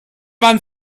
man